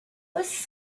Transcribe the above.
was